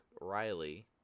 riley